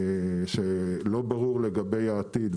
שלא ברור לגבי העתיד,